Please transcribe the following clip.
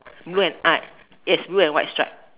blue and yes blue and white stripe